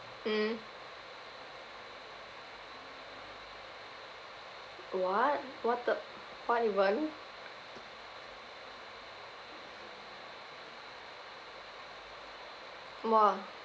mm what what the what even !wah!